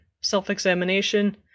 self-examination